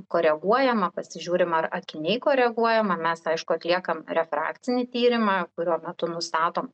koreguojama pasižiūrim ar akiniai koreguojama mes aišku atliekam refrakcinį tyrimą kurio metu nustatom